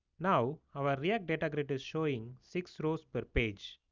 now, our react data grid is showing six rows per page.